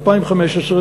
2015,